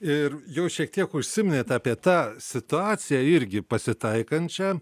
ir jau šiek tiek užsiminėt apie tą situaciją irgi pasitaikančią